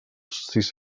sis